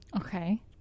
Okay